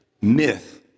myth